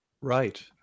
Right